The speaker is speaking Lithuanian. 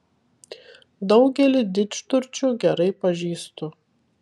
daugelį didžturčių gerai pažįstu